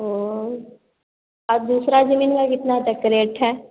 ओह और दूसरी ज़मीन में कितना तक का रेट है